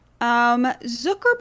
Zuckerberg